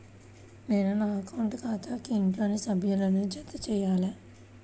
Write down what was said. నేను నా అకౌంట్ ఖాతాకు ఇంట్లోని సభ్యులను ఎలా జతచేయాలి?